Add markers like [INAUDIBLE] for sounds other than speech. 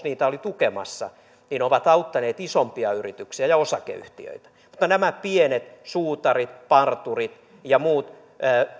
[UNINTELLIGIBLE] niitä oli tukemassa ovat auttaneet isompia yrityksiä ja ja osakeyhtiöitä mutta nämä pienet suutarit parturit ja muut